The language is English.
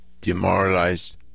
demoralized